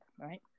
right